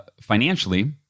financially